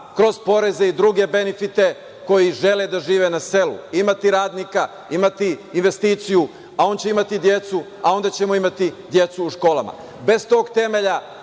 kroz poreze i druge benifite, koji žele da žive na selu. Imati radnika, imati investiciju, a on će imati decu, a onda ćemo imati i decu u školama. Bez tog temelja,